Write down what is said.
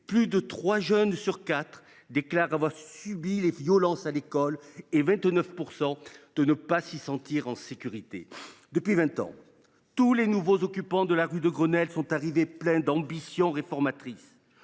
plus de trois jeunes sur quatre déclarent avoir subi des violences à l’école ; et 29 % des élèves ne s’y sentent pas en sécurité. Depuis vingt ans, tous les nouveaux occupants de la rue de Grenelle sont arrivés pleins d’ambitions réformatrices